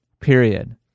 period